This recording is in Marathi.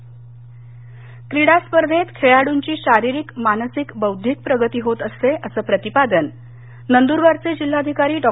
स्पर्धा नंदरबार क्रीडा स्पर्धेत खेळाडूंची शारिरीक मानसिक बौध्दिक प्रगती होत असते असं प्रतिपादन नंद्रबारचे जिल्हाधिकारी डॉ